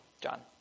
John